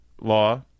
law